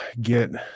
get